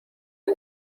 han